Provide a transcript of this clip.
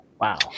Wow